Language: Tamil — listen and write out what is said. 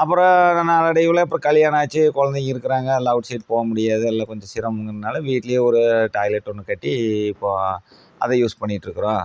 அப்பறம் அது நாள் அடைவில் இப்போ கல்யாணம் ஆச்சு குழந்தைங்க இருக்கிறாங்க எல்லா அவுட்சைட் போக முடியாது எல்லா கொஞ்சம் சிரமங்கறனால வீட்டிலியே ஒரு டாய்லெட் ஒன்று கட்டி இப்போது அதை யூஸ் பண்ணிட்டிருக்கறோம்